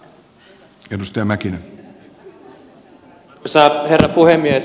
arvoisa herra puhemies